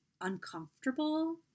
uncomfortable